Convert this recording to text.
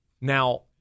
Now